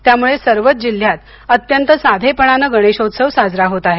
त्यामुळे सर्वच जिल्ह्यात अत्यंत साधेपणाने गणेशोत्सव साजरा होत आहे